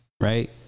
right